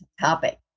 topic